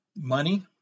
money